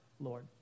Lord